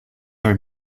are